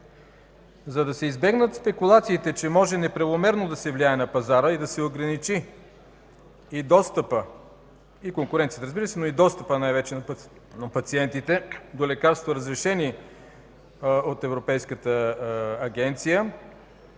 За да се избегнат спекулациите, че може неправомерно да се влияе на пазара и да се ограничи и конкуренцията, разбира се, но и достъпът най-вече на пациентите до лекарствено разрешение от Европейската агенция,